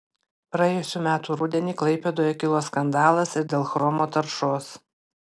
praėjusių metų rudenį klaipėdoje kilo skandalas ir dėl chromo taršos